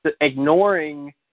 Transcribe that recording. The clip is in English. Ignoring